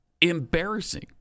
embarrassing